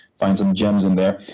find some gems in there.